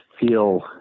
feel